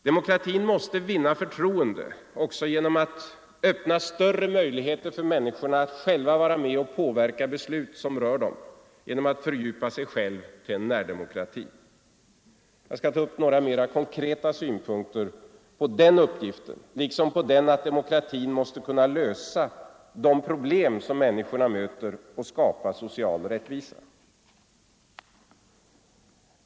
Demokratin måste vinna förtroende genom att öppna större möjligheter för människorna att själva vara med och påverka beslut som berör dem, genom att fördjupa sig själv till en närdemokrati. Jag skall ta upp några mera konkreta synpunkter på den uppgiften liksom på att demokratin måste kunna lösa de problem som människorna möter och skapa social rättvisa.